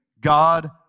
God